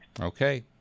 okay